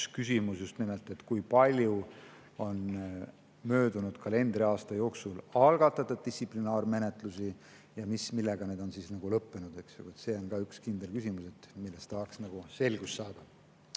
küsimus just nimelt see, kui palju on möödunud kalendriaasta jooksul algatatud distsiplinaarmenetlusi ja millega need on lõppenud. See on ka üks kindel küsimus, milles tahaks selgust saada.